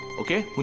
ok but